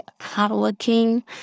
hardworking